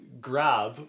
grab